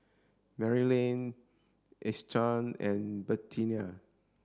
Maryanne Eustace and Bertina